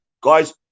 guys